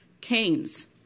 Canes